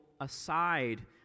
aside